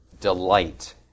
delight